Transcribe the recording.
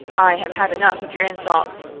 i have had enough of your insults.